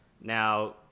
now